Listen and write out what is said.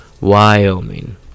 Wyoming